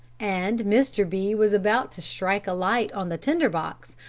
and mr. b. was about to strike a light on the tinder-box,